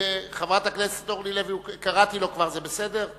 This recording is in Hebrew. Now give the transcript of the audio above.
חברת הכנסת אורלי לוי, קראתי לו כבר, זה בסדר?